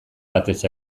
batez